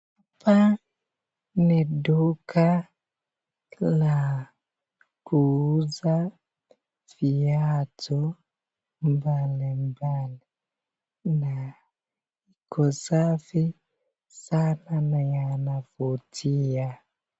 Hii ni duka la kuuza viatu mbali mbali na usafi sana na yanavutia.